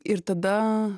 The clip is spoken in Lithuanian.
ir tada